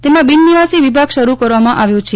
તે માં બિન નિવાસી વિભાગ શરૂ કરવામાં આવ્યો છે